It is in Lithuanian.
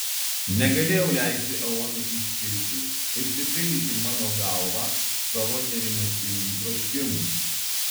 negalėjau leisti eonai iškilti ir pripildyti mano galvą savo nerimastingų troškimų